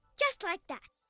just like that!